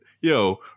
Yo